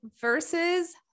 versus